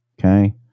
Okay